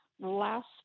Last